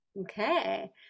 Okay